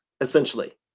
essentially